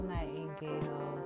Nightingale